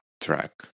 track